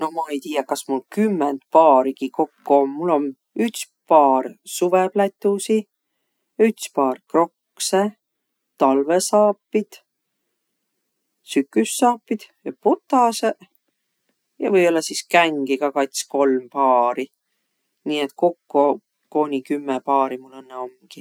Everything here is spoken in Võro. No ma-i tiiäq, kas mul kümmend paarigi kokko om. Mul om üts paar suvõplätusi, üts paar kroksõ, talvõsaapit, süküssaapit, botasõq ja või-olla sis kängi ka kats-kolm paari. Nii et kokko kooniq kümme paari mul õnnõ omgi.